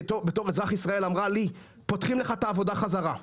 ההנהגה שלי בתור אזרח ישראל אמרה לי שפותחים לי את העבודה חזרה,